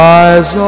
eyes